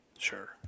Sure